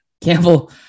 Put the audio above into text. Campbell